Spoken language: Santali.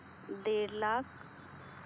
ᱫᱮᱲ ᱞᱟᱠᱷ